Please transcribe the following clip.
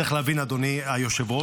צריך להבין, אדוני היושב-ראש,